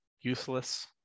Useless